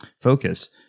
focus